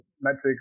metrics